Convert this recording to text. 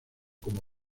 como